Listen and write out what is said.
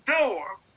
door